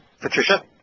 Patricia